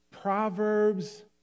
Proverbs